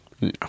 no